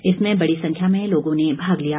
इसमें बड़ी संख्या में लोगों ने भाग लिया